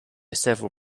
several